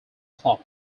club